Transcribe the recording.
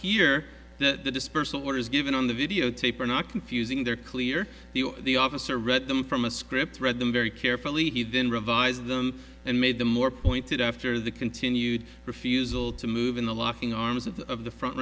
here the dispersal orders given on the videotape are not confusing they're clear the officer read them from a script read them very carefully he then revise them and made them more pointed after the continued refusal to move in the locking arms of the of the front